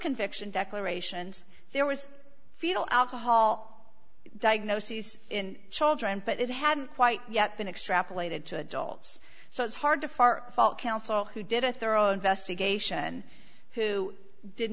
conviction declarations there was fetal alcohol diagnoses in children but it hadn't quite yet been extrapolated to adults so it's hard to far fall council who did a thorough investigation who did